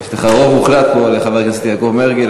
יש לך רוב מוחלט פה להצעה, חבר הכנסת יעקב מרגי.